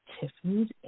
Tiffany's